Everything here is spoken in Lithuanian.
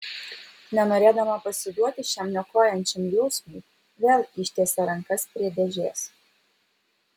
nenorėdama pasiduoti šiam niokojančiam jausmui vėl ištiesė rankas prie dėžės